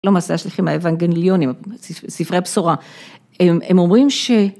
למסע שלכם, האבנגליונים, ספרי הבשורה, הם אומרים ש...